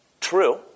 true